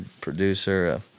producer